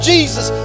Jesus